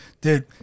dude